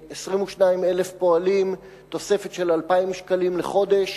22,000 פועלים, תוספת של 2,000 שקלים לחודש,